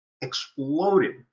exploded